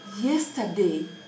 yesterday